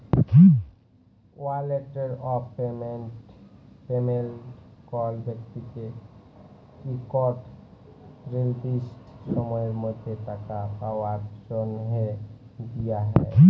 warrant of payment কল ব্যক্তিকে ইকট লিরদিসট সময়ের মধ্যে টাকা পাউয়ার জ্যনহে দিয়া হ্যয়